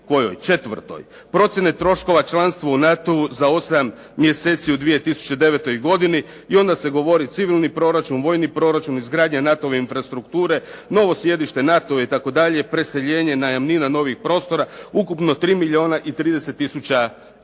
strani 4. Procjene troškova članstva u NATO-u za 8 mjeseci u 2009. godini i onda se govori civilni proračun, vojni proračun, izgradnja NATO-ove infrastrukture, novo sjedište NATO-a itd., preseljenje, najamnima novih prostora, ukupno 3 milijuna i 30 tisuća eura.